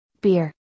beer